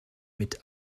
mit